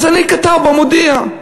אז אני כתב ב"המודיע".